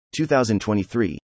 2023